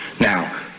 Now